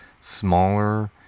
smaller